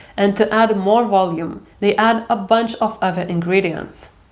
and to add more volume, they add a bunch of other ingredients.